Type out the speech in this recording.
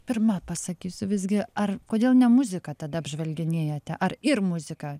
pirma pasakysiu visgi ar kodėl ne muziką tada apžvelginėjate ar ir muziką